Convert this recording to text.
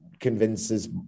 convinces